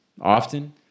often